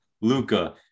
Luca